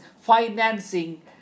financing